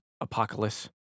Apocalypse